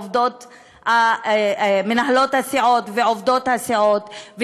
מנהלות הסיעות ועובדות הסיעות,